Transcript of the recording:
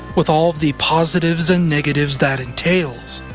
with all of the positives and negatives that entails.